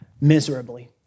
miserably